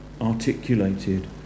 articulated